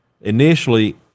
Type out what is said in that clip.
initially